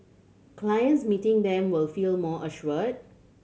clients meeting them will feel more assured